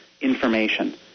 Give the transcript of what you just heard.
information